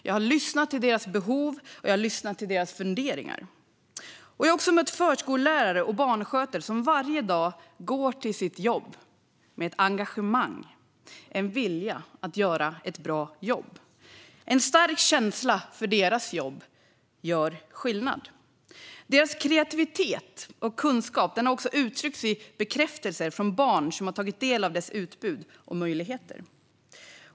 Jag har lyssnat till deras behov, och jag har lyssnat till deras funderingar. Jag har också mött förskollärare och barnskötare som varje dag går till sitt jobb med ett engagemang och en vilja att göra ett bra jobb. Det finns en stark känsla av att deras jobb gör skillnad. Deras kreativitet och kunskap har också uttryckts i bekräftelser från barn som har tagit del av förskolans utbud och möjligheter.